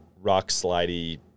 rock-slidey